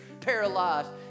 paralyzed